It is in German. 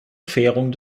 querung